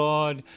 Lord